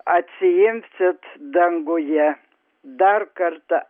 atsiimsit danguje dar kartą